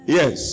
yes